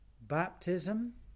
Baptism